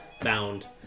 bound